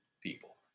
people